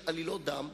של עלילות דם,